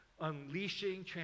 unleashing